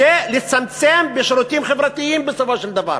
כדי לצמצם בשירותים חברתיים, בסופו של דבר.